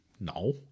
no